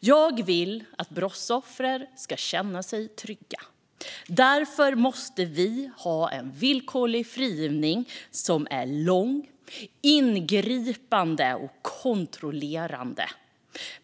Jag vill att brottsoffer ska känna sig trygga. Därför måste vi ha en villkorlig frigivning som är lång, ingripande och kontrollerande.